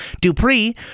Dupree